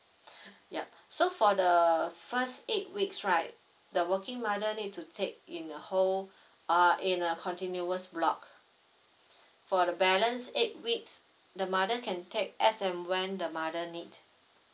yup so for the first eight weeks right the working mother need to take in a whole uh in a continuous block for the balance eight weeks the mother can take as and when the mother need